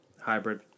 hybrid